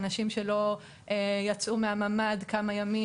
אנשים שלא יצאו מן הממ"ד כמה ימים,